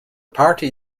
party